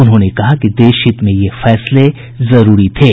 उन्होंने कहा कि देशहित में ये फैसले लेने जरूरी थे